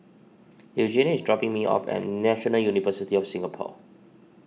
Eugenia is dropping me off at National University of Singapore